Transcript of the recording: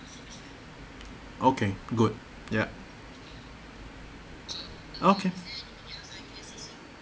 okay good ya okay